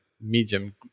medium